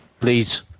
please